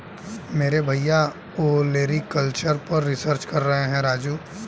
मेरे भैया ओलेरीकल्चर पर रिसर्च कर रहे हैं राजू